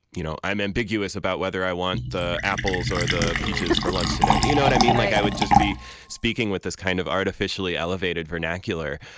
you know, i'm ambiguous about whether i want the apples or the peaches for lunch today. you know what i mean? right like, i would just be speaking with this kind of artificially elevated vernacular.